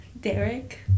Derek